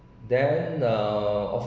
then err